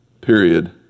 period